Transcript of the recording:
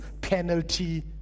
penalty